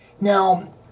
Now